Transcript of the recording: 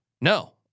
No